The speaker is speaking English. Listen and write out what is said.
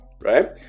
right